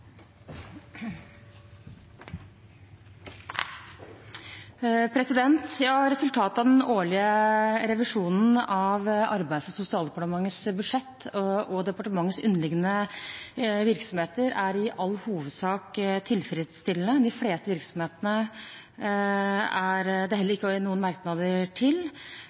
Resultatet av den årlige revisjonen av Arbeids- og sosialdepartementets budsjett og departementets underliggende virksomheter er i all hovedsak tilfredsstillende. De fleste virksomhetene er det heller ikke noen merknader til.